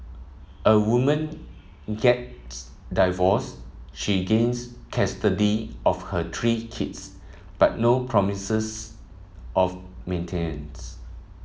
a woman gets divorced she gains custody of her three kids but no promises of maintenance